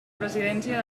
presidència